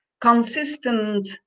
consistent